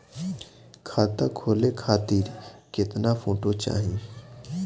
खाता खोले खातिर केतना फोटो चाहीं?